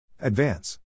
Advance